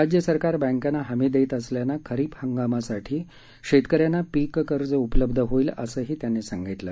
राज्य सरकार बँकांना हमी देत असल्यानं खरीप हंगामासाठी शेतकऱ्यांना पीककर्ज उपलब्ध होईल असं त्यांनी सांगितलं